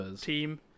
team